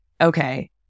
okay